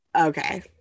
okay